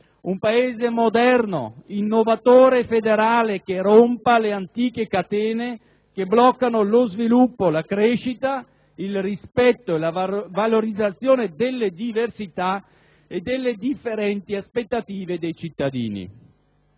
un Paese moderno, innovatore e federale, che rompa le antiche catene che bloccano lo sviluppo, la crescita, il rispetto e la valorizzazione delle diversità e delle differenti aspettative dei cittadini,